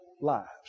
lives